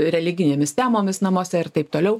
religinėmis temomis namuose ir taip toliau